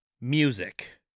Music